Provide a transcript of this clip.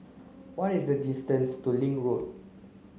what is the distance to Link Road